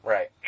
Right